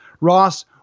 Ross